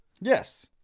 Yes